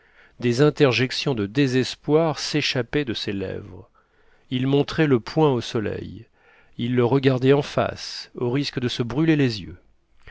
des interjections de désespoir s'échappaient de ses lèvres il montrait le poing au soleil il le regardait en face au risque de se brûler les yeux